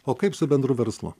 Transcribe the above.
o kaip su bendru verslu